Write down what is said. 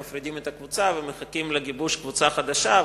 מפרידים את הקבוצה ומחכים לגיבוש קבוצה חדשה,